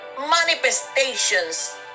manifestations